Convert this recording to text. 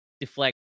deflect